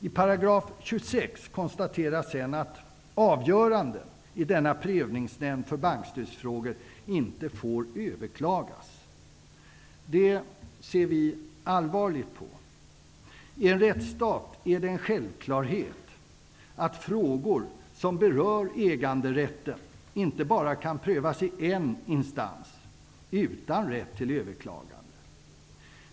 I § 26 konstateras att avgöranden i denna prövningsnämnd för bankstödsfrågor inte får överklagas. Detta ser vi allvarligt på. I en rättsstat är det en självklarhet att frågor som berör äganderätten inte bara kan prövas i en instans utan rätt till överklagande.